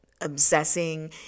obsessing